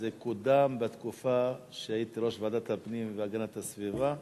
זה קוּדם בתקופה שהייתי יושב-ראש ועדת הפנים והגנת הסביבה.